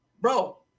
bro